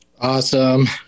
awesome